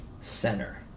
center